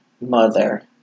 mother